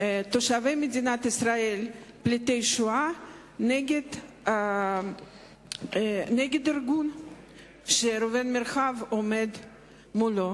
תושבי מדינת ישראל פליטי שואה נגד הארגון שראובן מרחב עומד בראשו.